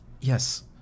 yes